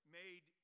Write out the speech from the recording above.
made